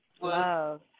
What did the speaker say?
Love